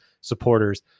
supporters